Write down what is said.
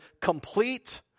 complete